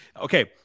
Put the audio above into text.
Okay